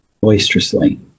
boisterously